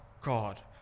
God